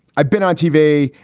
i've been on tv,